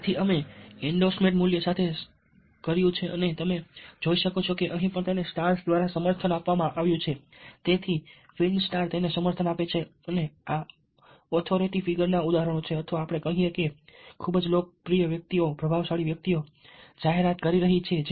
તેથી અમે એન્ડોર્સમેન્ટ મૂલ્ય સાથે કર્યું છે અને અહીં તમે જોઈ શકો છો કે અહીં પણ તેને સ્ટાર્સ દ્વારા સમર્થન આપવામાં આવ્યું છે તેથી ફિલ્મ સ્ટાર્સ તેને સમર્થન આપે છે અને તેથી આ ઓથોરિટી ફિગરના ઉદાહરણો છે અથવા આપણે કહીએ કે ખૂબ જ લોકપ્રિય વ્યક્તિઓ પ્રભાવશાળી વ્યક્તિઓ જાહેરાતો કરી રહી છે